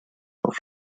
auf